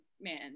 man